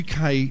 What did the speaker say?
UK